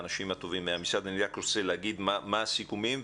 אני רוצה לסכם.